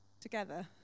together